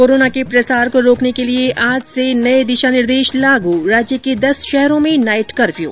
corona के प्रसार को रोकने के लिए आज से नए दिशा निर्देश लागू राज्य के दस शहरों में नाइट कफ्र्यू